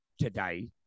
today